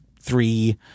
three